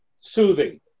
soothing